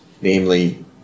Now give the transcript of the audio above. namely